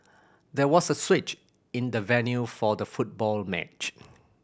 there was a switch in the venue for the football match